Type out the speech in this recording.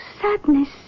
sadness